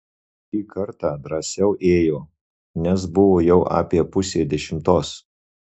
šį kartą drąsiau ėjo nes buvo jau apie pusė dešimtos